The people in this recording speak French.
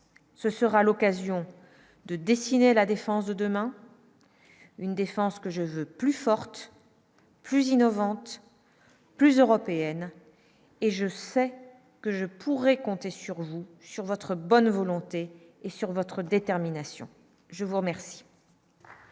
ce sera l'occasion de dessiner la défense de demain une défense que je veux plus forte, plus innovante, plus européenne et je sais que je pourrai compter sur vous, sur votre bonne volonté et sur votre détermination, je vous remercie.